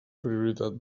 prioritat